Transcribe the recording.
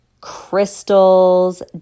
crystals